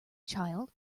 child